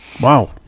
wow